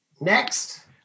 Next